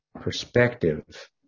perspective